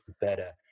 better